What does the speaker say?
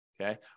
Okay